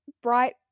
bright